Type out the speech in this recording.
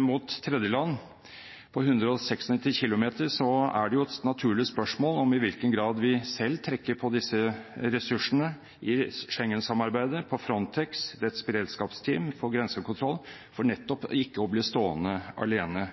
mot tredjeland, på 196 km, er det jo et naturlig spørsmål i hvilken grad vi selv trekker på disse ressursene i Schengen-samarbeidet, på Frontex’ beredskapsteam for grensekontroll, for nettopp ikke å bli stående alene.